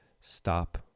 stop